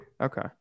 Okay